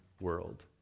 world